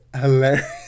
hilarious